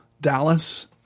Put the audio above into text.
Dallas